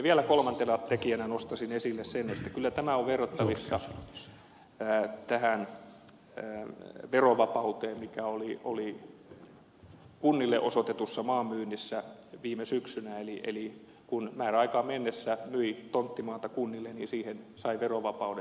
vielä kolmantena tekijänä nostaisin esille sen että kyllä tämä on verrattavissa tähän verovapauteen mikä oli kunnille osoitetussa maan myynnissä viime syksynä eli kun määräaikaan mennessä myi tonttimaata kunnille niin siitä sai verovapauden